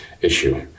issue